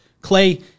Clay